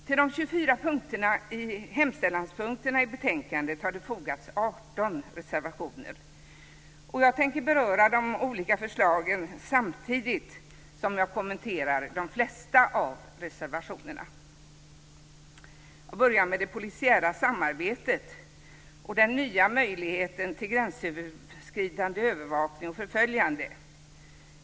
Till de 24 hemställanspunkterna i betänkandet har det fogats 18 reservationer, och jag tänker beröra de olika förslagen samtidigt som jag kommenterar de flesta av reservationerna. Jag börjar med det polisiära samarbetet och den nya möjligheten till gränsöverskridande övervakning och förföljande.